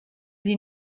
sie